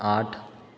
आठ